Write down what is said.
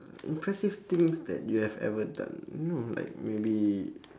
impressive things that you have ever done you know like maybe